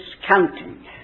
discounting